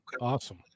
Awesome